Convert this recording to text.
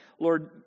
Lord